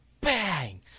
bang